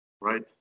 Right